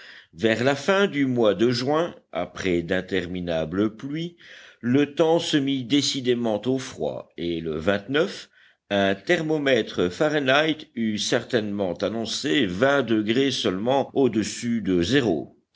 vers la fin du mois de juin après d'interminables pluies le temps se mit décidément au froid et le un thermomètre fahrenheit eût certainement annoncé vingt degrés seulement audessus de zéro